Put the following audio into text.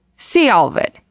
see all of it.